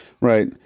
Right